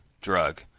drug